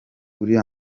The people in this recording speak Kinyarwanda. uriya